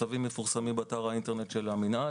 הצווים מפורסמים באתר האינטרנט של המינהל.